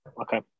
Okay